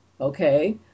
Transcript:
Okay